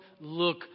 look